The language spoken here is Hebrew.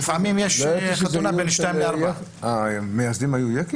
אבל לפעמים ראש הממשלה ישן